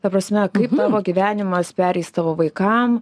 ta prasme kaip tavo gyvenimas pereis tavo vaikam